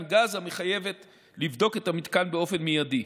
גז המחייבת לבדוק את המתקן באופן מיידי.